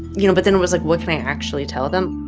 you know, but then it was like, what can i actually tell them?